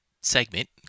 segment